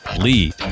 lead